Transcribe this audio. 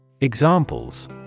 Examples